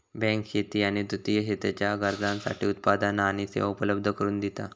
bank शेती आणि तृतीय क्षेत्राच्या गरजांसाठी उत्पादना आणि सेवा उपलब्ध करून दिता